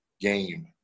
game